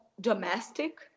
domestic